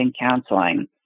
counseling